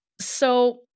So-